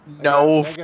No